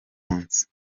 munsi